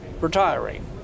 retiring